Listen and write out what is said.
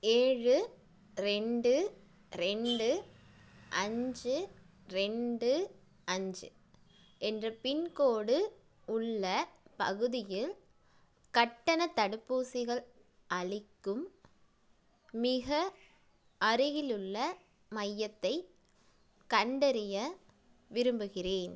ஏழு ரெண்டு ரெண்டு அஞ்சு ரெண்டு அஞ்சு என்ற பின்கோடு உள்ள பகுதியில் கட்டணத் தடுப்பூசிகள் அளிக்கும் மிக அருகிலுள்ள மையத்தைக் கண்டறிய விரும்புகிறேன்